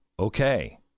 Okay